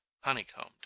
honeycombed